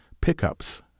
pickups